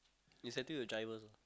incentive to drivers ah